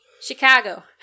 Chicago